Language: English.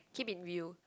keep in view